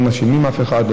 הם לא מאשימים אף אחד.